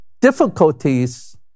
difficulties